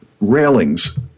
Railings